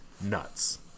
nuts